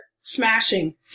smashing